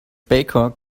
baker